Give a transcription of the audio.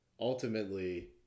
ultimately